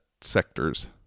sectors